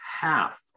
half